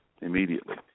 immediately